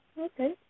Okay